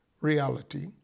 reality